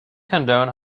condone